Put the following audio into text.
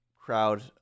crowd